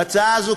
ההצעה הזאת,